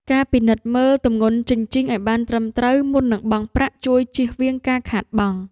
ការពិនិត្យមើលទម្ងន់ជញ្ជីងឱ្យបានត្រឹមត្រូវមុននឹងបង់ប្រាក់ជួយជៀសវាងការខាតបង់។